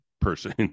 person